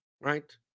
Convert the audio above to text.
Right